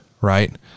Right